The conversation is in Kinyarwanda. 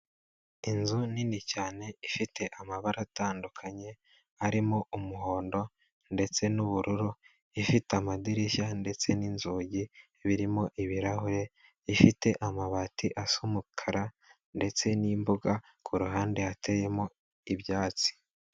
Inzu nini cyane, ifite amabara atandukanye, arimo umuhondo, ndetse n'ubururu, ifite amadirishya ndetse n'inzugi, birimo ibirahure, ifite amabati asa umukara, ndetse n'imbuga, ku ruhande hateyemo ibyatsi.